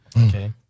Okay